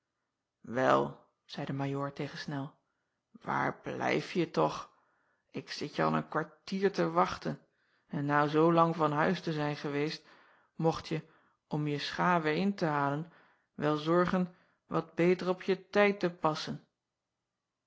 el zeî de ajoor tegen nel waar blijf je toch k zit je al een kwartier te wachten en na zoo lang van huis te zijn geweest mochtje om je schaê weêr in te halen wel zorgen wat beter op je tijd te passen